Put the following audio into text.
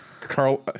Carl